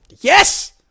yes